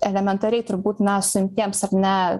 elementariai turbūt na suimtiems ar ne